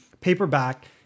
paperback